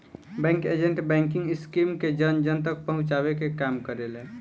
bank agent banking scheme के जन जन तक पहुंचावे के काम करेले